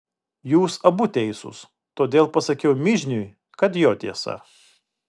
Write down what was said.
jūs abu teisūs todėl pasakiau mižniui kad jo tiesa